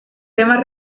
temas